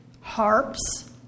harps